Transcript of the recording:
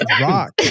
Rock